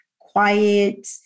quiet